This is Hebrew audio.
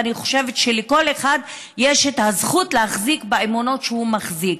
ואני חושבת שלכל אחד יש את הזכות להחזיק באמונות שהוא מחזיק,